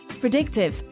Predictive